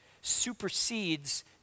supersedes